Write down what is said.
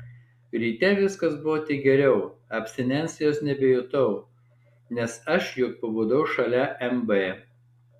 ryte viskas buvo tik geriau abstinencijos nebejutau nes aš juk pabudau šalia mb